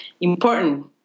important